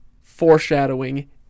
foreshadowing